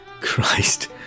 Christ